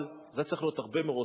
אבל זה היה צריך להיות הרבה מראש,